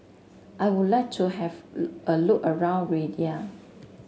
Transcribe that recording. I would like to have a look around Riyadh